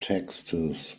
texts